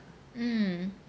um